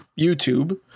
YouTube